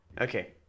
Okay